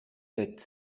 sept